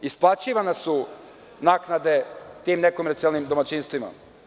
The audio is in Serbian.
Isplaćivane su naknade tim nekomercijalnim domaćinstvima.